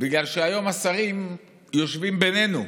בגלל שהיום השרים יושבים בינינו.